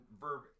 verb